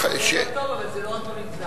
זה לא טוב, אבל זה לא רק במגזר.